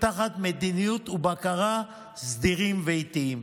תחת מדיניות ובקרה סדירים ואיטיים.